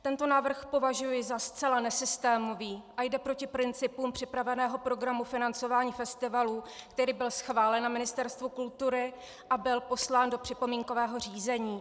Tento návrh považuji za zcela nesystémový, jde proti principům připraveného programu financování festivalů, který byl schválen na Ministerstvu kultury a byl poslán do připomínkového řízení.